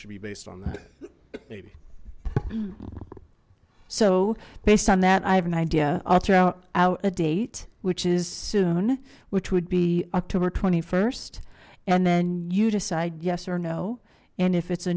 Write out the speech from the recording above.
should be based on that so based on that i have an idea i'll throw out a date which is soon which would be october st and then you decide yes or no and if it's a